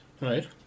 Right